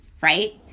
Right